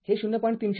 हे 0